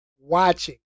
watching